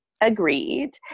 agreed